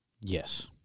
Yes